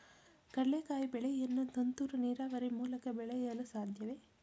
ಕಡ್ಲೆಕಾಯಿ ಬೆಳೆಯನ್ನು ತುಂತುರು ನೀರಾವರಿ ಮೂಲಕ ಬೆಳೆಯಲು ಸಾಧ್ಯವೇ?